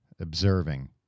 observing